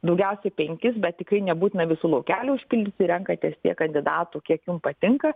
daugiausiai penkis bet tikrai nebūtina visų laukelių užpildyti renkatės tiek kandidatų kiek jum patinka